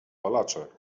palacze